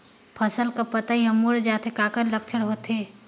फसल कर पतइ हर मुड़ जाथे काकर लक्षण होथे?